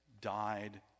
died